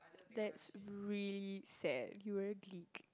that's really sad you were a glick